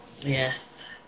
Yes